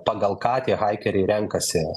pagal ką tie haikeriai renkasi